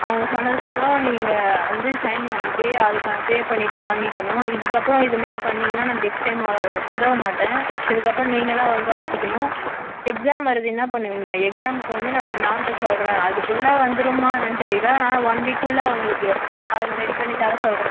அவங்க சொன்னதுக்கு அப்புறம் நீங்கள் வந்து சைன் பண்ணிவிட்டு அதுக்கானதை பே பண்ணிவிட்டு வாங்கிக்கணும் இதுக்கு அப்புறம் இது மாதிரி நீங்கள் பண்ணிங்ன்னால் நான் நெக்ஸ்ட் டைம் உதவ மாட்டேன் இதுக்கு அப்புறம் நீங்கள்தான் ஒழுங்காக வச்சுக்கணும் எக்ஸாம் வருது என்ன பண்ணுவீங்க எக்ஸாம்க்கு வந்து நான் உங்க மேம்கிட்ட சொல்கிறேன் அதுக்குள்ளே வந்துடுமா என்னென்னு தெரியல ஆனால் ஒன் வீக் குள்ளே உங்களுக்கு அதை நான் ரெடி பண்ணி தர சொல்கிறேன்